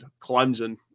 Clemson